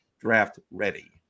draft-ready